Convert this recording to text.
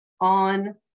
on